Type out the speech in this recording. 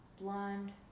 blonde